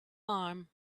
arm